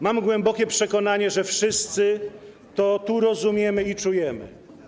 Mam głębokie przekonanie, że wszyscy tu to rozumiemy i czujemy.